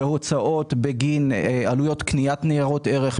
בהוצאות בגין עלויות קניית ניירות ערך,